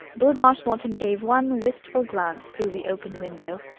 lord marshmoreton gave one wistful glance through the open window.